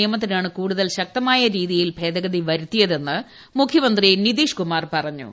നിയമത്തിനാണ് കൂടുതൽ ശക്തമായി പ്പ്പാർതിയിൽ ഭേദഗതി വരുത്തിയതെന്ന് മുഖ്യമന്ത്രി നിതീഷ്കുമാർ പറഞ്ഞു